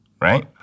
Right